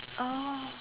oh